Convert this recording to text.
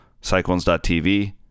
Cyclones.tv